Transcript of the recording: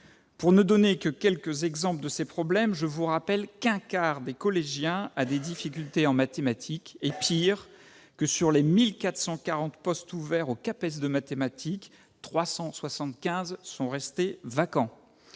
Pour n'en donner que quelques exemples, je rappelle qu'un quart des collégiens ont des difficultés en mathématiques. Pis, sur les 1 440 postes ouverts au CAPES de mathématiques, 375 sont restés vacants.